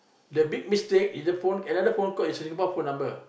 the big mistake is a phone another phone call is Singapore number